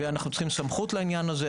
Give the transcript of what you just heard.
ואנחנו צריכים סמכות לעניין הזה.